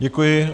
Děkuji.